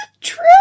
true